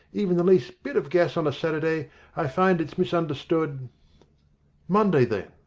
even the least bit of gas on a saturday, i find it's misunderstood monday then.